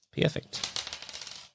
Perfect